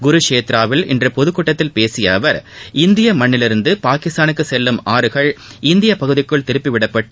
குருஷேத்ராவில் இன்று பொதுக்கூட்டத்தில் பேசிய அவர் இந்திய மண்ணிலிருந்து பாகிஸ்தானுக்கு செல்லும் ஆறுகள் இந்திய பகுதிக்குள் திருப்பிவிடப்பட்டு